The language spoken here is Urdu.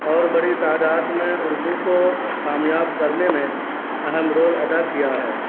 اور بڑی تعداد میں اردو کو قامیاب کرنے میں اہم رول ادا کیا ہے